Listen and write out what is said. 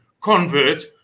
convert